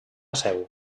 seu